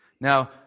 Now